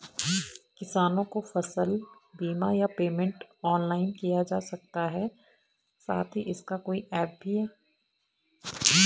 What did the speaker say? किसानों को फसल बीमा या पेमेंट ऑनलाइन किया जा सकता है साथ ही इसका कोई ऐप भी है?